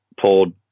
pulled